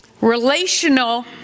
relational